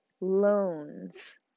loans